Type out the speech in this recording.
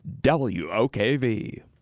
WOKV